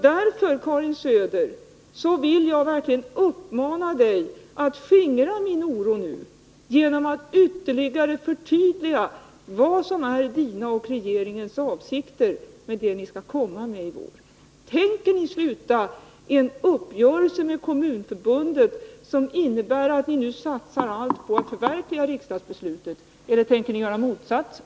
Därför vill jag verkligen uppmana Karin Söder att skingra min oro genom att ytterligare förtydliga vad som är Karin Söders och regeringens avsikter med det ni skall komma med i vår. Tänker ni sluta en uppgörelse med Kommunförbundet som innebär att ni nu satsar allt på att förverkliga riksdagsbeslutet, eller tänker ni göra motsatsen?